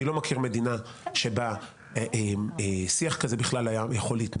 אני לא מכיר מדינה שבה שיח כזה בכלל יכול היה להתנהל,